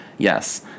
Yes